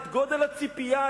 את גודל הציפייה,